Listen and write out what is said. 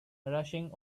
rushing